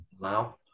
now